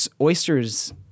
oysters